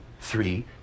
three